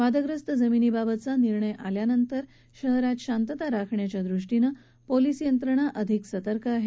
वादग्रस्त जमीनीबाबतचा निर्णय आल्यानंतर शहरात शातता राखण्याच्या दृष्टीनं पोलीस यंत्रणा अधिक सतर्क झाली आहे